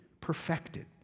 perfected